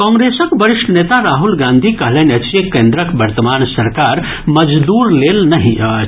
कांग्रेसक वरिष्ठ नेता राहुल गांधी कहलनि अछि जे केन्द्रक वर्तमान सरकार मजदूर लेल नहि अछि